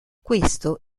questo